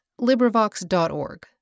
LibriVox.org